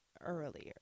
earlier